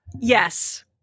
Yes